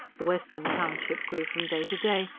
the western township grew from day to day,